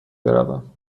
بروم